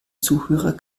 zuhörer